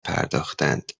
پرداختند